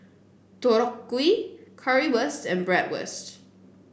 Deodeok Gui Currywurst and Bratwurst